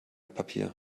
papier